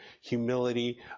humility